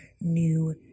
new